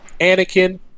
Anakin